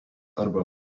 arba